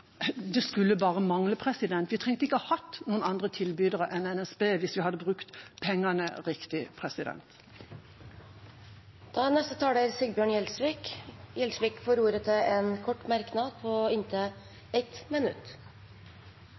Det skulle bare mangle. Vi hadde ikke trengt å ha andre tilbydere enn NSB hvis vi hadde brukt pengene riktig. Representanten Sigbjørn Gjelsvik har hatt ordet to ganger tidligere og får ordet til en kort merknad, begrenset til 1 minutt.